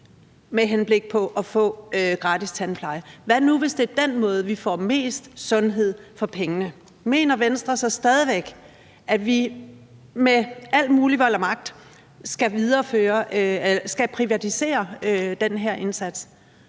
med henblik på at få gratis tandpleje? Hvad nu hvis det er den måde, vi får mest sundhed for pengene? Mener Venstre så stadig væk, at vi med al mulig vold og magt skal privatisere den her indsats?